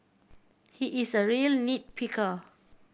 he is a real nit picker